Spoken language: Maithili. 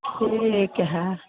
खुब नीक हए